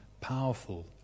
powerful